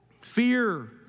Fear